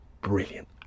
brilliant